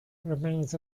remains